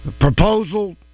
proposal